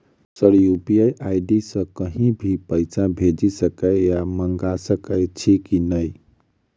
Sir UPI ID सँ कहि भी पैसा भेजि सकै या मंगा सकै छी की न ई?